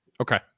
Okay